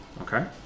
Okay